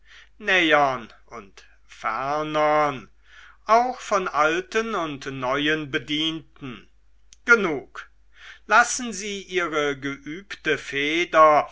nähern und fernern auch von alten und neuen bedienten genug lassen sie ihre geübte feder